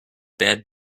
bad